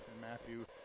Matthew